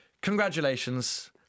congratulations